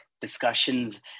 discussions